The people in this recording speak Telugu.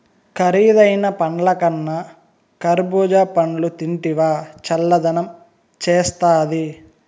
కరీదైన పండ్లకన్నా కర్బూజా పండ్లు తింటివా చల్లదనం చేస్తాది